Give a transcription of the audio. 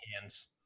hands